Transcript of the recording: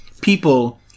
people